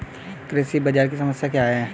कृषि बाजार की समस्या क्या है?